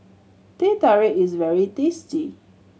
Teh Tarik is very tasty